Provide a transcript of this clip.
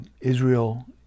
Israel